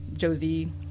Josie